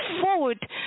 forward